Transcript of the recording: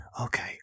Okay